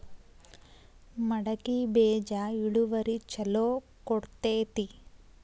ಮಡಕಿ ಬೇಜ ಇಳುವರಿ ಛಲೋ ಕೊಡ್ತೆತಿ?